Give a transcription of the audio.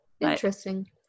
Interesting